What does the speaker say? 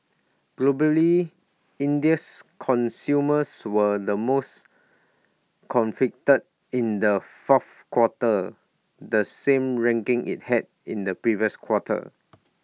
globally India's consumers were the most confident in the fourth quarter the same ranking IT held in the previous quarter